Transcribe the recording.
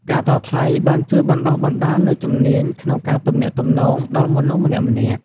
ការតថ្លៃបានជួយបណ្តុះបណ្តាលនូវជំនាញក្នុងការទំនាក់ទំនងដល់មនុស្សម្នាក់ៗ។